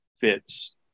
fits